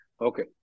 Okay